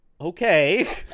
Okay